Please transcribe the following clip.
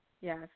yes